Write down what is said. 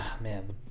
man